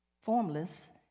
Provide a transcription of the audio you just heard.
formless